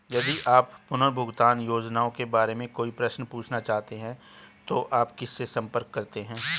यदि आप पुनर्भुगतान योजनाओं के बारे में कोई प्रश्न पूछना चाहते हैं तो आप किससे संपर्क करते हैं?